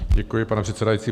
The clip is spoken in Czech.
Děkuji, pane předsedající.